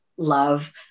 love